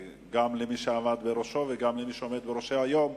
גם מי שעמד בראשו וגם מי שעומד בראשו היום,